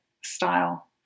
style